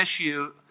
issue